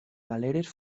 galeres